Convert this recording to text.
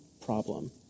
problem